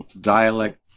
dialect